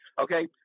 okay